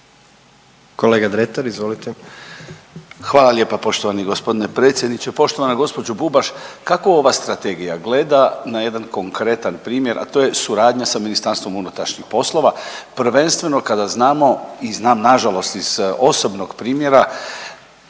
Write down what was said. **Dretar, Davor (DP)** Hvala lijepa poštovani gospodine predsjedniče. Poštovana gospođo Bubaš kako ova strategija gleda na jedan konkretan primjer, a to je suradnja sa MUP-om prvenstveno kada znamo i znam nažalost iz osobnog primjera